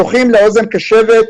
זוכים לאוזן קשבת.